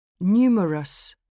Numerous